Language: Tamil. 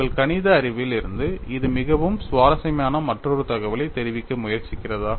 உங்கள் கணித அறிவில் இருந்து இது மிகவும் சுவாரஸ்யமான மற்றொரு தகவலை தெரிவிக்க முயற்சிக்கிறதா